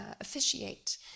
officiate